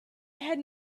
had